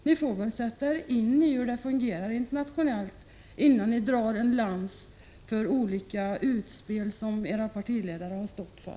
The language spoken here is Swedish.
Ni får väl sätta er in i hur det fungerar internationellt innan ni drar en lans för olika utspel som era partiledare har stått för!